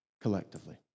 collectively